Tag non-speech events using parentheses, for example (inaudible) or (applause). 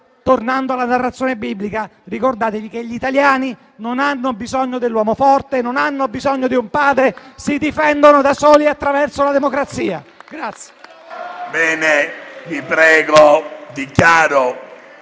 Tornando alla narrazione biblica, ricordatevi che gli italiani non hanno bisogno dell'uomo forte, non hanno bisogno di un padre, si difendono da soli attraverso la democrazia. (applause)